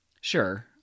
Sure